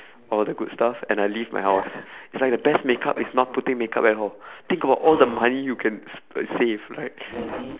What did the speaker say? all the good stuff and I leave my house it's like the best makeup is not putting on makeup at all think about all the money you can s~ save right